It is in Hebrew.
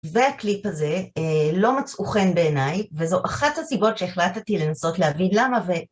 והקליפ הזה לא מצאו חן בעיניי, וזו אחת הסיבות שהחלטתי לנסות להבין למה ו...